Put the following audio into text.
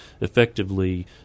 effectively